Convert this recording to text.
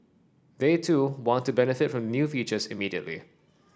they too want to benefit from new features immediately